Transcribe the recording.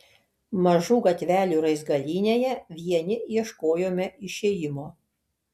mažų gatvelių raizgalynėje vieni ieškojome išėjimo